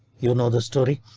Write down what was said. you know the story.